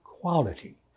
quality